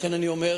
לכן אני אומר,